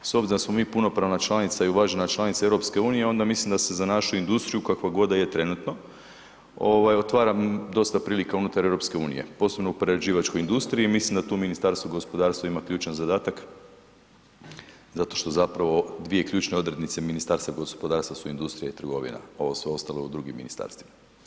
S obzirom da smo mi punopravna članica i uvažena članica EU onda mislim da se za našu industriju, kakva god da je trenutno, otvara dosta prilika unutar EU, posebno u prerađivačkoj industriji i mislim da tu Ministarstvo gospodarstva ima ključan zadatak zato što dvije ključne odrednice Ministarstva gospodarstva su industrija i trgovina, ovo sve ostalo je u drugim ministarstvima.